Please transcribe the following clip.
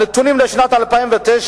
הנתונים לשנת 2009,